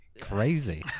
crazy